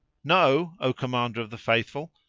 know, o commander of the faithful,